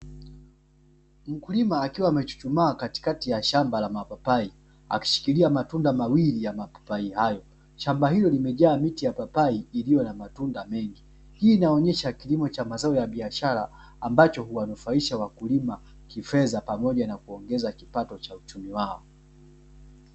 Mkulima akiwa amechuchumaa katikati ya shamba la mapapai akishikilia matunda mawili ya mapapai hayo, shamba hilo limejaa miti ya papai iliyo na matunda mengi; hii inaonesha kilimo cha mazao ya biashara ambacho huwanufaisha wakulima kifedha pamoja na kuongeza kipato cha uchumi wao.